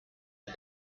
and